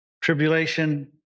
tribulation